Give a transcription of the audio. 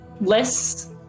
less